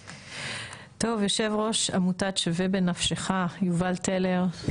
טוב, יושב ראש עמותת שווה בנפשך, יובל טלר.